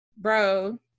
Bro